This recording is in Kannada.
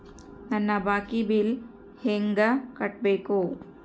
ನನ್ನ ಬಾಕಿ ಬಿಲ್ ಹೆಂಗ ನೋಡ್ಬೇಕು?